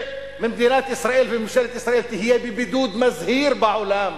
ומדינת ישראל וממשלת ישראל תהיה בבידוד מזהיר בעולם